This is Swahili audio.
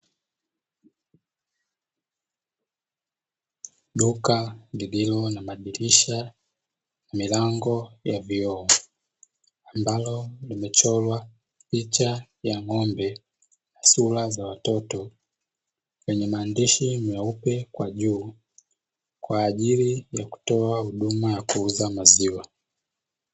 Duka lililo na madirisha, milango ya vioo ambalo limechorwa picha ya ng'ombe, sura za watoto lenye maandishi meupe kwa juu kwa ajili ya kutoa huduma ya kuuza maziwa.